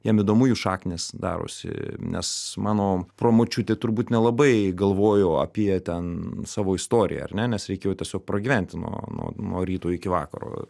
jiem įdomu jų šaknys darosi nes mano promočiutė turbūt nelabai galvojo apie ten savo istoriją ar ne nes reikėjo tiesiog pragyventi nuo nuo nuo ryto iki vakaro